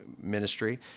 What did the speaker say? Ministry